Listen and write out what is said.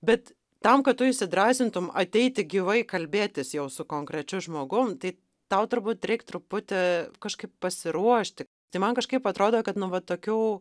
bet tam kad tu įsidrąsintum ateiti gyvai kalbėtis jau su konkrečiu žmogum tai tau turbūt reik truputį kažkaip pasiruošti tai man kažkaip atrodo kad nu vat tokių